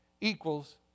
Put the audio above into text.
equals